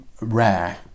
rare